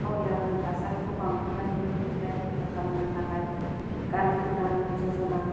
हावरियाफोरनि थासारिखौ बांहोनायनिफ्राय रैखा खालामनो थाखाय गान्धी ग्रामिन ज'ज'ना